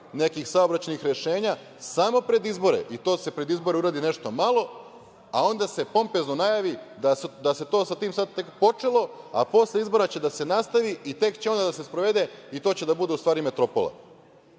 nekih saobraćajnih rešenja samo pred izbore i to se pred izbore uradi nešto malo, a onda se pompezno najavi da se sa tim sad tek počelo, a posle izbora će da se nastavi i tek će onda da se sprovede i to će da bude, u stvari, metropola